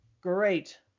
Great